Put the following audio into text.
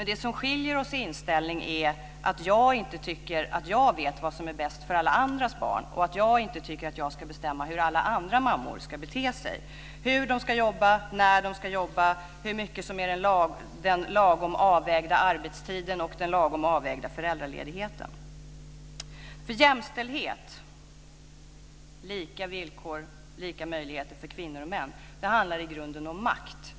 Det som skiljer våra inställningar åt är att jag inte tycker att jag vet vad som är bäst för alla andras barn och att jag inte tycker att jag ska bestämma hur alla andra mammor ska bete sig - hur de ska jobba, när de ska jobba och vad som är den lagom avvägda arbetstiden och den lagom avvägda föräldraledigheten. Jämställdhet, lika villkor och möjligheter för kvinnor och män, handlar i grunden om makt.